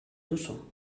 duzu